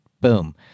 Boom